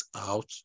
out